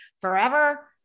forever